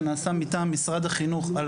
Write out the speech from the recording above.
ואולי זה להמשך הדיון, של העיסוק בחינוך לשואה